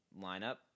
lineup